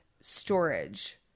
storage